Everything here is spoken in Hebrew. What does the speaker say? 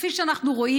כפי שאנחנו רואים,